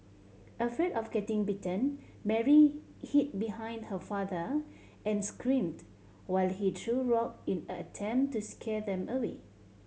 afraid of getting bitten Mary hid behind her father and screamed while he threw rock in an attempt to scare them away